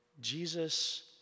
Jesus